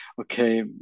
okay